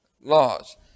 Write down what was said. laws